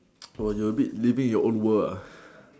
oh you a bit living in your own world ah